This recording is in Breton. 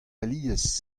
alies